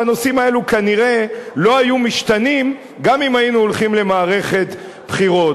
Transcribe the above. והנושאים האלה כנראה לא היו משתנים גם אם היינו הולכים למערכת בחירות.